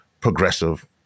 progressive